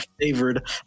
favored